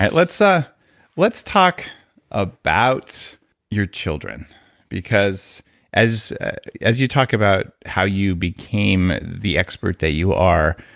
let's ah let's talk about your children because as as you talk about how you became the expert that you are,